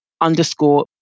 underscore